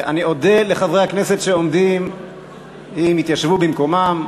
אני אודה לחברי הכנסת שעומדים אם יתיישבו במקומם.